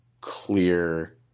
clear